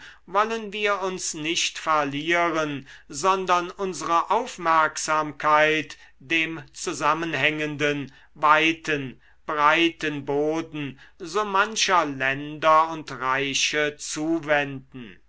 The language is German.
wollen wir uns nicht verlieren sondern unsere aufmerksamkeit dem zusammenhängenden weiten breiten boden so mancher länder und reiche zuwenden